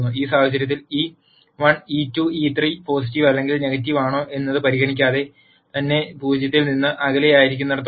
ഈ സാഹചര്യത്തിൽ E1 e2 e3 positive അല്ലെങ്കിൽ നെഗറ്റീവ് ആണോ എന്നത് പരിഗണിക്കാതെ തന്നെ 0 ൽ നിന്ന് അകലെയായിരിക്കുന്നിടത്തോളം